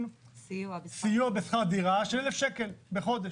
סיוע בשכר דירה של אלף שקל בחודש.